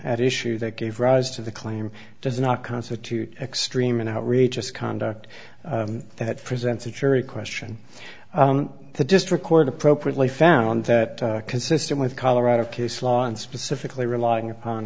at issue that gave rise to the claim does not constitute extreme an outrageous conduct that presents a jury question the just record appropriately found that consistent with colorado case law and specifically relying upon